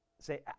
say